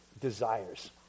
desires